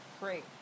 Great